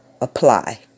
Apply